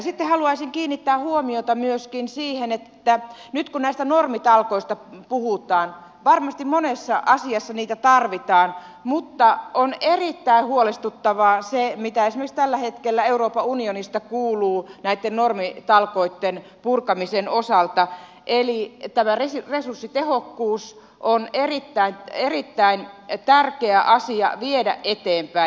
sitten haluaisin kiinnittää huomiota myöskin siihen että nyt kun näistä normitalkoista puhutaan varmasti monessa asiassa niitä tarvitaan mutta on erittäin huolestuttavaa se mitä esimerkiksi tällä hetkellä euroopan unionista kuuluu näitten normitalkoitten purkamisen osalta eli tämä resurssitehokkuus on erittäin tärkeä asia viedä eteenpäin